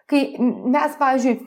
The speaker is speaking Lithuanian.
kai mes pavyzdžiui